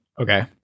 Okay